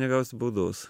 negausi baudos